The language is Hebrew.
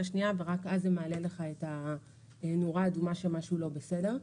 השנייה ורק אז זה מדליק לך את הנורה האדומה שמשהו לא בסדר.